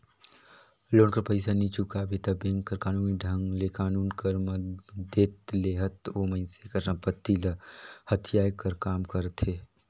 loan कर पइसा नी चुकाबे ता बेंक हर कानूनी ढंग ले कानून कर मदेत लेहत ओ मइनसे कर संपत्ति ल हथियाए कर काम करथे